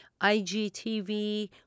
IGTV